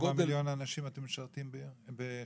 כמה מיליוני אנשים אתם משרתים בשנה?